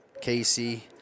Casey